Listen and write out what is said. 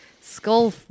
skull